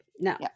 Now